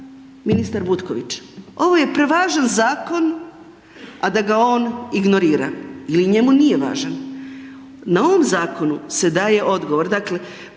ministar Butković. Ovo je prevažan zakon a da ga on ignorira jer njemu nije važan. Na ovom zakonu se daje odgovor,